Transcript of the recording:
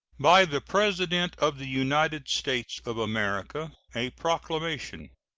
by the president of the united states of america. a proclamation.